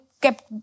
kept